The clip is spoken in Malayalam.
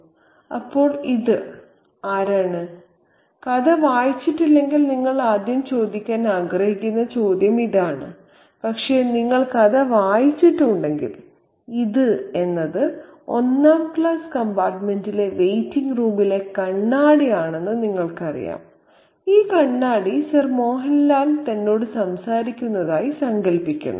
" അപ്പോൾ ഇത് ആരാണ് കഥ വായിച്ചിട്ടില്ലെങ്കിൽ നിങ്ങൾ ആദ്യം ചോദിക്കാൻ ആഗ്രഹിക്കുന്ന ചോദ്യം ഇതാണ് പക്ഷേ നിങ്ങൾ കഥ വായിച്ചിട്ടുണ്ടെങ്കിൽ ഇത് ഒന്നാം ക്ലാസ് കമ്പാർട്ടുമെന്റിലെ വെയിറ്റിംഗ് റൂമിലെ കണ്ണാടിയാണെന്ന് നിങ്ങൾക്കറിയാം ഈ കണ്ണാടി സർ മോഹൻലാൽ തന്നോട് സംസാരിക്കുന്നതായി സങ്കൽപ്പിക്കുന്നു